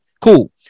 Cool